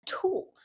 tool